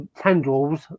tendrils